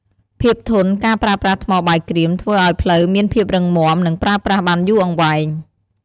ភាពធន់ ការប្រើប្រាស់ថ្មបាយក្រៀមធ្វើឲ្យផ្លូវមានភាពរឹងមាំ និងប្រើប្រាស់បានយូរអង្វែង។